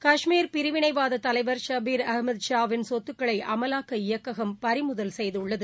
காஷ்மீர் பிரிவினைவாததலைவர ஷபீர் அகமது ஷாவின் சொத்துக்களைஅமலாக்க இயக்ககம் பறிமுதல் செய்துள்ளது